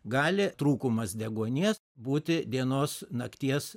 gali trūkumas deguonies būti vienos nakties